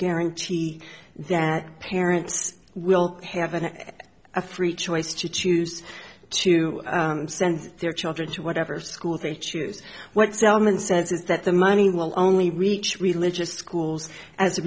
guarantee that parents will have an a three choice to choose to send their children to whatever school they choose what zelman says is that the money will only reach religious schools as a